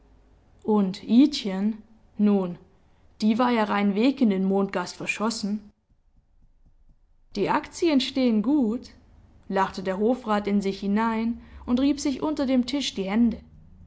und idchen nun die war ja rein weg in den mondgast verschossen die aktien stehen gut lachte der hofrat in sich hinein und rieb sich unter dem tisch die hände